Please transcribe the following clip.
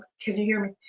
can you hear me?